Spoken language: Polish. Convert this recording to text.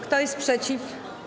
Kto jest przeciw?